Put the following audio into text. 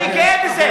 אני גאה בזה.